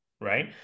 right